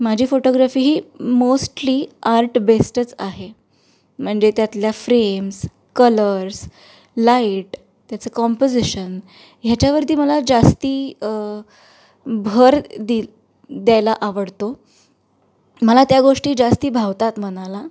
माझी फोटोग्राफी ही mostly art बेस्टच आहे म्हणजे त्यातल्या फ्रेम्स कलर्स लाईट त्याचं कॉम्पोजिशन ह्याच्यावरती मला जास्ती भर दि द्यायला आवडतो मला त्या गोष्टी जास्ती भावतात मनाला